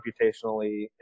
computationally